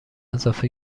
اضافه